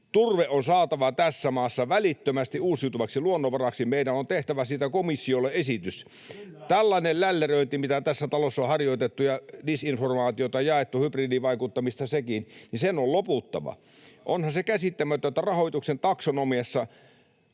Turve on saatava tässä maassa välittömästi uusiutuvaksi luonnonvaraksi, meidän on tehtävä siitä komissiolle esitys. Tällaisen lälläröinnin, mitä tässä talossa on harjoitettu ja disinformaatiota jaettu — hybridivaikuttamista sekin — on loputtava. Onhan se käsittämätöntä, että rahoituksen taksonomiassa